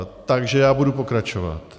Takže já budu pokračovat.